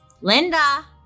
Linda